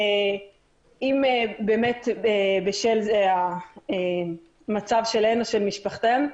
אם באמת בשל המצב שלהן או של משפחתן.